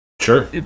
Sure